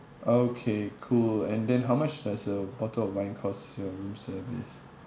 okay cool and then how much does a bottle of wine cost your room service